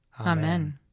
Amen